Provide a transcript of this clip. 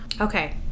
Okay